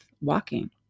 walking